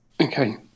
Okay